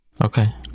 Okay